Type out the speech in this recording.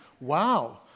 wow